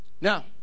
Now